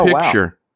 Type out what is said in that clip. picture